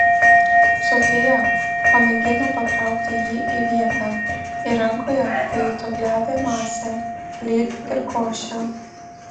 sofija pamėgino patraukti jį į vietą ir rankoje pajuto glebią masę lyg ir košę